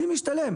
לי משתלם.